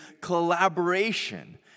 collaboration